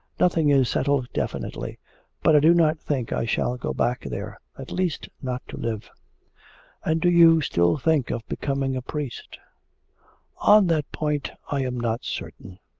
nothing is settled definitely but i do not think i shall go back there, at least not to live and do you still think of becoming a priest on that point i am not certain.